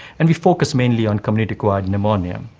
and we focused mainly on community-acquired pneumonia.